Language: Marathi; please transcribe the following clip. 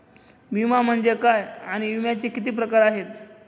विमा म्हणजे काय आणि विम्याचे किती प्रकार आहेत?